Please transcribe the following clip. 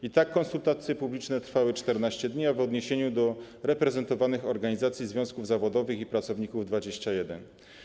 I tak: konsultacje publiczne trwały 14 dni, a w odniesieniu do reprezentowanych organizacji związków zawodowych i pracowników - 21.